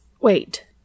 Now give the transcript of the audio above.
Wait